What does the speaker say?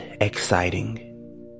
exciting